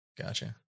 Gotcha